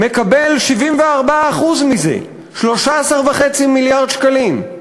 מקבל 74% מזה 13.5 מיליארד שקלים.